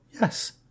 Yes